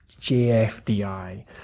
JFDI